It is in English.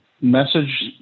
message